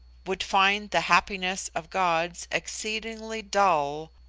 would find the happiness of gods exceedingly dull,